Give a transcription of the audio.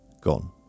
gone